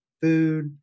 food